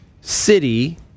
city